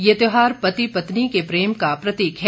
ये त्यौहार पति पत्नी के प्रेम का प्रतीक है